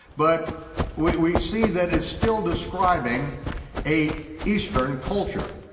but we see that it's still describing a eastern culture.